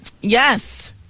Yes